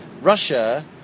Russia